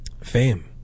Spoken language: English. Fame